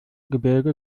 gebirge